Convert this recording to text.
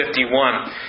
51